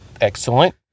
Excellent